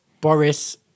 Boris